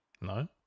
no